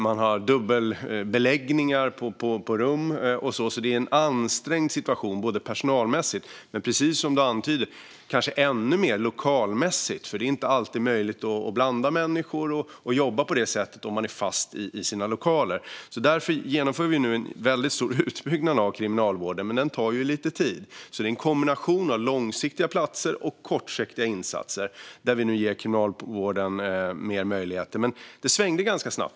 Man har dubbelbeläggningar på rum och så vidare. Situationen är alltså ansträngd både personalmässigt och, som Erik Ottoson antyder, kanske ännu mer lokalmässigt. Det är inte alltid möjligt att blanda människor och jobba på detta sätt om man är fast i sina lokaler. Därför genomför vi nu en väldigt stor utbyggnad av kriminalvården, men den tar lite tid. Det handlar om en kombination av långsiktiga platser och kortsiktiga insatser, och vi ger Kriminalvården fler möjligheter. Det svängde dock ganska snabbt.